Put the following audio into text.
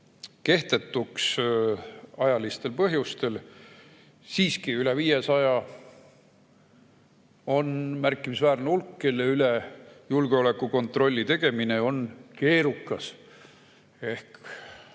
kehtetuks ajalistel põhjustel. Siiski üle 500 on märkimisväärne hulk, kelle üle julgeolekukontrolli tegemine on keerukas.